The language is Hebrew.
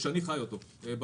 שאני חי אותו ביום-יום.